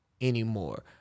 Anymore